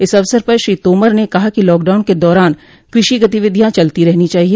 इस अवसर पर श्री तोमर ने कहा कि लॉकडाउन के दौरान कृषि गतिविधियां चलती रहनी चाहिए